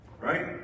Right